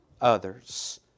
others